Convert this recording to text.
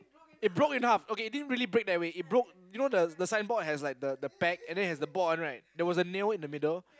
it broke in half okay it didn't really break that way it broke you know the the sign board has like the the back and then has the board one right there was a nail in the middle